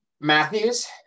Matthews